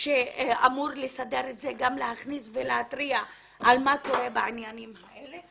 שאמור לסדר את זה וגם להכניס ולהתריע על מה קורה בעניינים האלה.